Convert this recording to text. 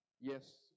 Yes